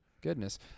Goodness